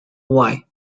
wai